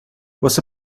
واسه